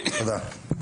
תודה.